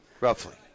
Roughly